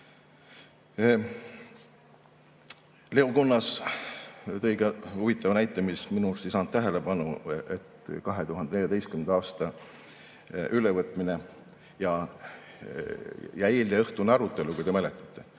Leo Kunnas tõi huvitava näite, mis minu arust ei saanud tähelepanu: 2014. aasta ülevõtmine ja eileõhtune arutelu, kui te mäletate.